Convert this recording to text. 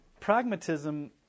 pragmatism